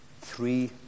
three